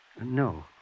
No